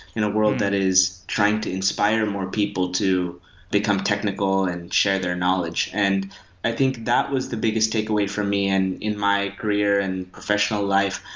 in a world that is trying to inspire more people to become technical and share their knowledge. and i think that was the biggest take away from me, and in my career and professional life,